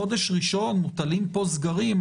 חודש ראשון מוטלים פה סגרים,